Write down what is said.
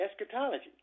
eschatology